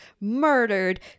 murdered